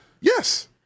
Yes